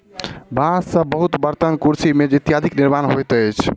बांस से बहुत बर्तन, कुर्सी, मेज इत्यादिक निर्माण होइत अछि